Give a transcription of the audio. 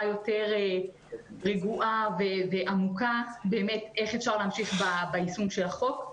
יותר רגועה ועמוקה אפשר להמשיך ביישום של החוק.